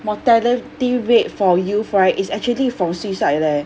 mortality rate for youth right is actually from suicide leh